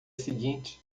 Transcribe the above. seguinte